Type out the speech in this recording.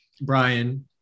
Brian